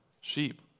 sheep